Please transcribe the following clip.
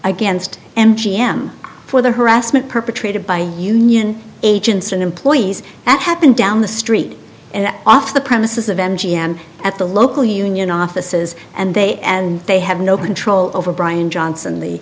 against m g m for the harassment perpetrated by union agents and employees that happen down the street and off the premises of m g m at the local union offices and they and they have no control over brian johnson the